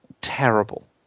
terrible